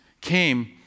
came